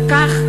וכך,